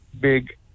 big